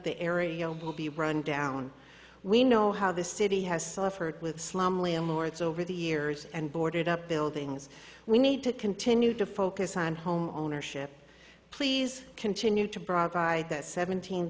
the area will be run down we know how the city has suffered with slum lords over the years and boarded up buildings we need to continue to focus on home ownership please continue to broad guide that seventeen